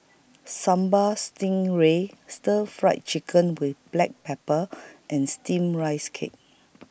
Sambal Stingray Stir Fried Chicken with Black Pepper and Steamed Rice Cake